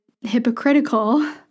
hypocritical